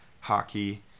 hockey